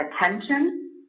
attention